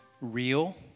real